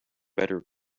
better